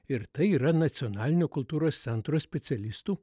ir tai yra nacionalinio kultūros centro specialistų